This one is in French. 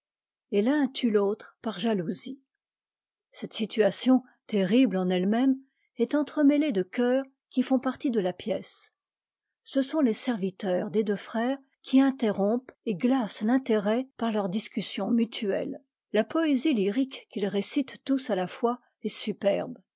et l'un tue l'autre par jalousie cette situation terrible en ette même est entremêlée de chœurs qui font partie de la pièce ce sont les serviteurs des deux frères qui interrompent et glacent l'intérêt par leurs discussions mutue es la poésie lyrique qu'its récitent tous à la fois est superbe